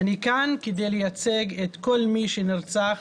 אני כאן כדי לייצג את כול מי שנרצח